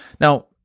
Now